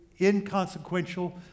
inconsequential